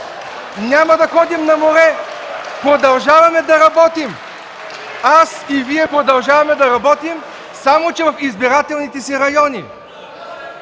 няма да ходим на море, продължаваме да работим. Аз и Вие продължаваме да работим, само че в избирателните си райони.